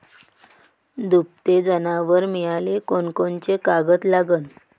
दुभते जनावरं मिळाले कोनकोनचे कागद लागन?